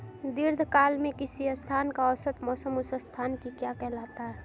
दीर्घकाल में किसी स्थान का औसत मौसम उस स्थान की क्या कहलाता है?